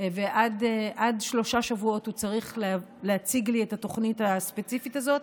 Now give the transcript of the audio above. ועד שלושה שבועות הוא צריך להציג לי את התוכנית הספציפית הזאת,